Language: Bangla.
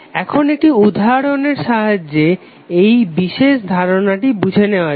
এখন একটি উদাহরণের সাহায্যে এই বিশেষ ধারণাটি বুঝে নেওয়া যাক